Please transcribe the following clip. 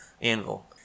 anvil